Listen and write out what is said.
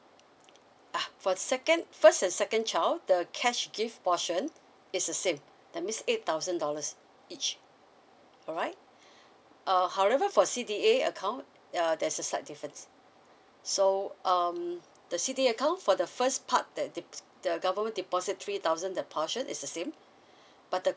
ah for second first and second child the cash gift portion is the same that means eight thousand dollars each all right uh however for C_D_A account uh there's a slight difference so um the C_D_A account for the first part that the government deposit three thousand the portion is the same but the